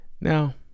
now